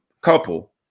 couple